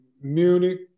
Munich